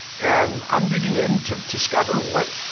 and i'm digging in to discover what,